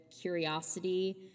curiosity